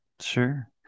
Sure